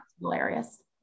hilarious